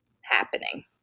happening